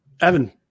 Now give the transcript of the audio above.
Evan